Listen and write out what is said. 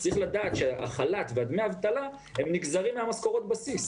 צריך לדעת שהחל"ת ודמי האבטלה נגזרים ממשכורות הבסיס.